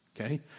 Okay